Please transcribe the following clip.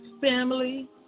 family